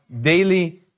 daily